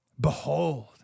Behold